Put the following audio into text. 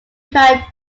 replied